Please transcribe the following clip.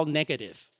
negative